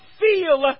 feel